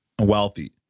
wealthy